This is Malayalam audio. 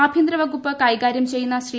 ആഭ്യന്തര വകുപ്പ് കൈകാര്യം ചെയ്യുന്ന ശ്രീ